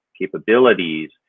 capabilities